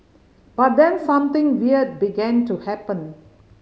but then something weird began to happen